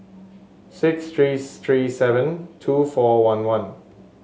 six three three seven two four one one